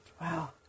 Wow